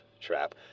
trap